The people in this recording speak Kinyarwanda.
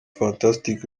fantastic